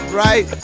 right